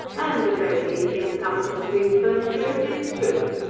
and a very easy and comfortable piece o' furniture it is, too.